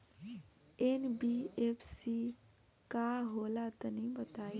NBFC का होला तनि बताई?